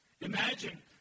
Imagine